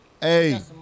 Hey